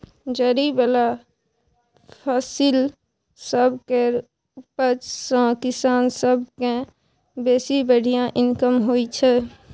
जरि बला फसिल सब केर उपज सँ किसान सब केँ बेसी बढ़िया इनकम होइ छै